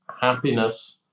happiness